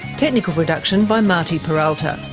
technical production by marty peralta,